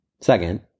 Second